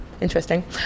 interesting